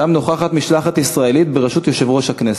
ונוכחת שם משלחת ישראלית בראשות יושב-ראש הכנסת.